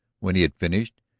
when he had finished,